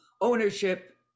ownership